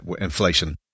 inflation